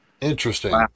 Interesting